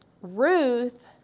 Ruth